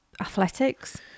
athletics